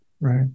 Right